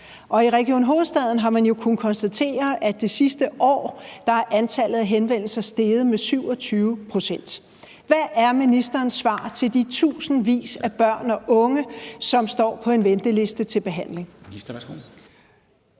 Og i Region Hovedstaden har man jo kunnet konstatere, at det sidste år er antallet af henvendelser steget med 27 pct. Hvad er ministerens svar til de tusindvis af børn og unge, som står på en venteliste til behandling?